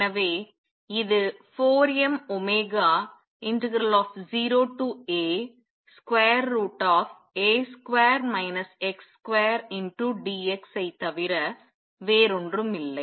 எனவே இது 4m0A√dx ஐ தவிர வேறொன்றுமில்லை